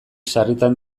sarritan